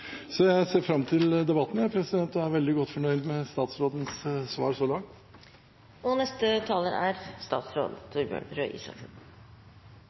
Så ser jeg ser fram til debatten. Jeg er veldig godt fornøyd med statsrådens svar så langt. Igjen – et av spørsmålene når man skal angripe denne problemstillingen, er: